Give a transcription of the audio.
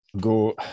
Go